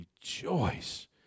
rejoice